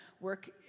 work